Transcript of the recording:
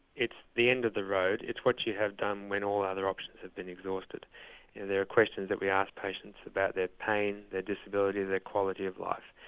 it's the end of the road, it's what you have done when all other options have been exhausted and there are questions that we ask patients about their pain, their disability, their quality of life.